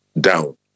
down